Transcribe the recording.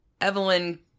Evelyn